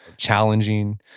challenging.